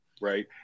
Right